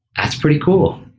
that's pretty cool.